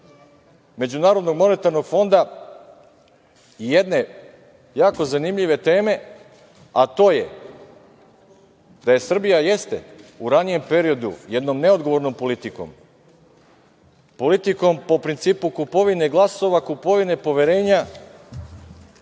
je bila oko MMF-a i jedne jako zanimljive teme, a to je da je Srbija u ranijem periodu jednom neodgovornom politikom, politikom po principu kupovine glasova, kupovine poverenja,